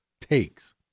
takes